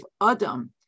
Adam